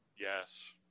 Yes